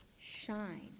shine